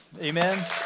Amen